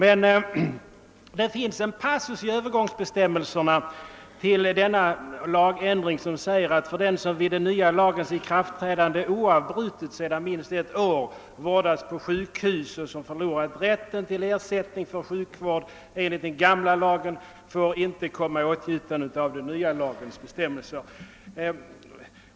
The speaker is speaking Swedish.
En passus i övergångsbestämmelserna till denna lagändring säger att för den som vid den nya lagens ikraftträdande oavbrutet sedan minst ett år vårdats på sjukhus och som förlorat rätten till ersättning för sjukhusvård enligt den gamla lagen inte omfattas av den nya lagens bestämmelser.